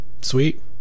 Sweet